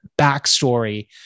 backstory